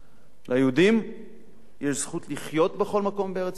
ליהודים יש זכות לחיות בכל מקום בארץ-ישראל,